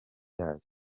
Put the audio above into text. yayo